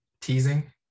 Teasing